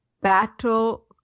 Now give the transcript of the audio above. battle